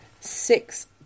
Six